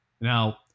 Now